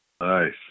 Nice